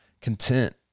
Content